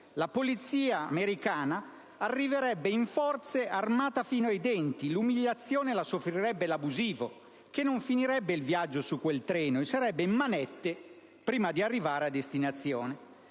La polizia arriverebbe in forze, armata fino ai denti. L'umiliazione la soffrirebbe l'abusivo. Che non finirebbe il viaggio su quel treno, e sarebbe in manette prima di arrivare a destinazione